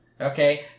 okay